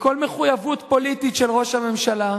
מכל מחויבות פוליטית של ראש הממשלה,